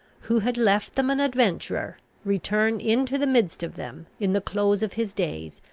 who had left them an adventurer, return into the midst of them, in the close of his days,